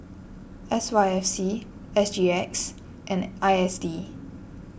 S Y F C S G X and I S D